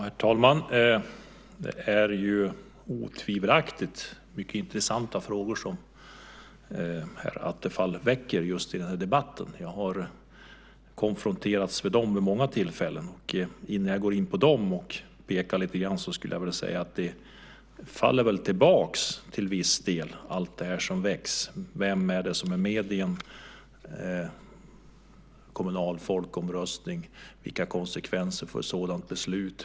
Herr talman! Det är otvivelaktigt mycket intressanta frågor som herr Attefall väcker i debatten. Jag har konfronterats med dem vid många tillfällen. Innan jag går in på dem och pekar lite grann vill jag säga följande. Det faller väl tillbaka, till viss del, allt det som väcks. Vem är det som är med i en kommunal folkomröstning? Vilka konsekvenser får ett sådant beslut?